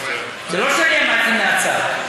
זה לא שאני עמדתי מהצד.